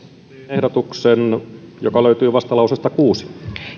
ehdotuksen joka löytyy vastalauseesta kuusi